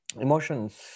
emotions